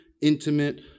intimate